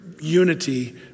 unity